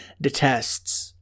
detests